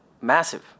Massive